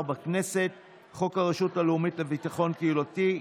בכנסת חוק הרשות הלאומית לביטחון קהילתי,